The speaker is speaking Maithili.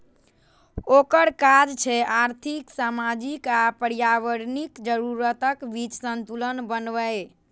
ओकर काज छै आर्थिक, सामाजिक आ पर्यावरणीय जरूरतक बीच संतुलन बनेनाय